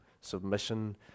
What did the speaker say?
submission